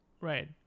right